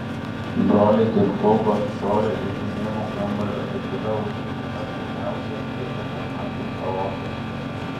broliai kaip kulkos šovė iš žaidimų kambario ir tada užvirė pats mieliausias beketo akiai chaosas